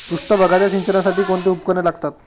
पृष्ठभागाच्या सिंचनासाठी कोणती उपकरणे लागतात?